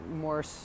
more